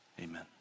Amen